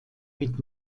mit